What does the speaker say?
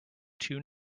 too